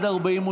התשפ"ב 2022,